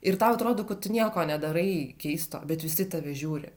ir tau atrodo kad tu nieko nedarai keisto bet visi į tave žiūri